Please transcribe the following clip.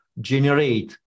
generate